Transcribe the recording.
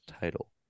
title